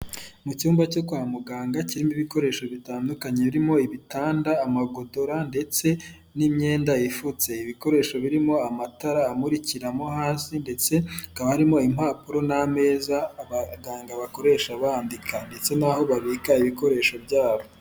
Mu cyumba cyo kwa muganga kirimo ibikoresho bitandukanye birimo ibitanda, amagodora ndetse n'imyenda ifutse, ibikoresho birimo amatara amurikiramo hasi ndetse hakaba harimo impapuro n'ameza abaganga bakoresha bandika ndetse n'aho babika ibikoresho byabo.